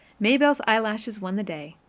maybelle's eyelashes won the day.